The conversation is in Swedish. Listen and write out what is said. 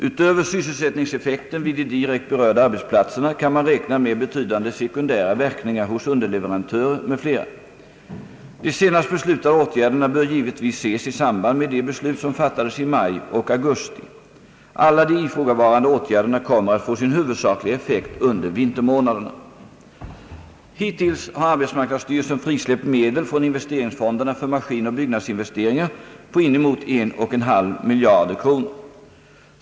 Utöver sysselsättningseffekten vid de direkt berörda arbetsplatserna kan man räkna med betydande sekundära verkningar hos underleverantörer m.fl. De senast beslutade åtgärderna bör givetvis ses i samband med de beslut som fattades i maj och augusti. Alla de ifrågavarande åtgärderna kommer att få sin huvudsakliga effekt under vintermånaderna. Hittills har arbetsmarknadsstyrelsen frisläppt medel från investeringsfonderna för maskinoch byggnadsinvesteringar på inemot 1,5 miljard kronor.